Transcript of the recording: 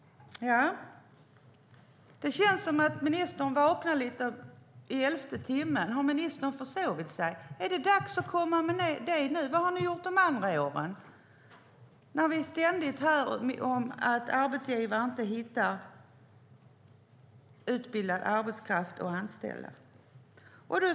Ja, det känns som att ministern vaknar lite i elfte timmen. Har ministern försovit sig? Är det dags att komma med det nu? Vad har ni gjort de andra åren? Vi har ständigt sagt att arbetsgivare inte hittar utbildad arbetskraft att anställa.